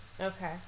Okay